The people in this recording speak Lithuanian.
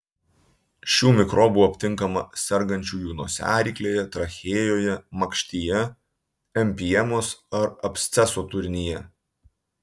šių mikrobų aptinkama sergančiųjų nosiaryklėje trachėjoje makštyje empiemos ar absceso turinyje